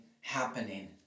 happening